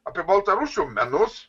apie baltarusių menus